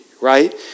right